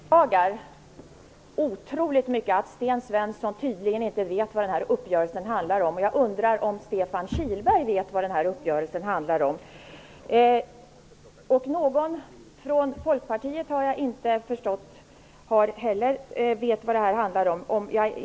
Fru talman! Jag beklagar otroligt mycket att Sten Svensson tydligen inte vet vad denna uppgörelse handlar om. Jag undrar om Stefan Kihlberg vet vad den handlar om. Inte heller någon i Folkpartiet vet vad det handlar om.